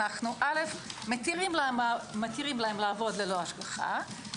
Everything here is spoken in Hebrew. אנו אל"ף מתירים להם לעבוד ללא השגחה,